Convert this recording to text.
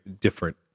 different